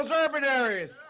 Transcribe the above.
ah urban areas.